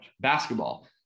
basketball